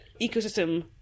ecosystem